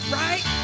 right